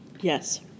Yes